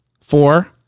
Four